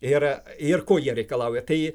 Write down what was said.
ir ir ko jie reikalauja tai